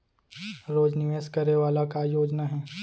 रोज निवेश करे वाला का योजना हे?